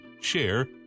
share